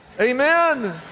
Amen